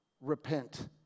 repent